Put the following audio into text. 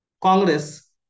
Congress